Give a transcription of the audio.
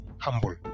humble